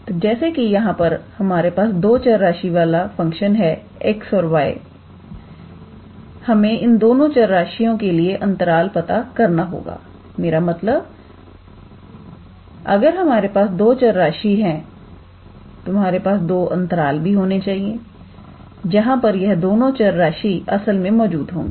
तो जैसे कि यहां पर हमारे पास दो चर राशि है x औरy हमें इन दोनों चर राशियों के लिए अंतराल पता करना होगा मेरा मतलब हैअगर हमारे पास दो चर राशि है तुम्हारे पास दो अंतराल भी होने चाहिए जहां पर यह दोनों चर राशि असल में मौजूद होंगी